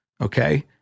okay